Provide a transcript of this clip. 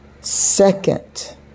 second